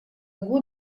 год